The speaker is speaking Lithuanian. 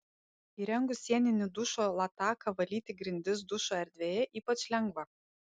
įrengus sieninį dušo lataką valyti grindis dušo erdvėje ypač lengva